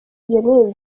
n’ibyo